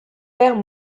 père